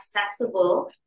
accessible